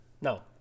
No